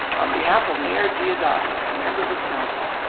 on behalf of mayor diodati and members of council,